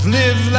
live